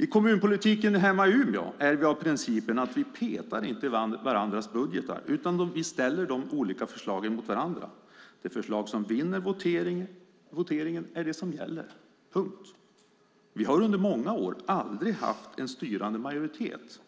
I kommunpolitiken hemma i Umeå har vi principen att vi inte petar i varandras budgetar, utan vi ställer de olika förslagen mot varandra. Det förslag som vinner voteringen är det som gäller - punkt. Vi har under många år aldrig haft en styrande majoritet